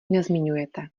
nezmiňujete